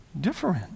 different